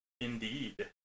Indeed